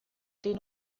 den